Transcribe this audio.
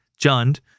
jund